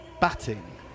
batting